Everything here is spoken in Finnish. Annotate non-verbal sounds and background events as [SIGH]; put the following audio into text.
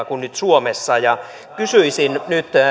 [UNINTELLIGIBLE] kuin nyt suomessa ja kysyisin nyt nyt